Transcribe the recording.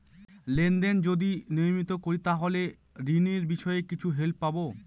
Lane দেন যদি নিয়মিত করি তাহলে ঋণ বিষয়ে কিছু হেল্প পাবো?